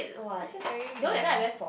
it just very meh